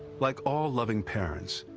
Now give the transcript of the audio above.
like all loving parents,